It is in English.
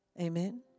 Amen